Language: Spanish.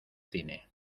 cine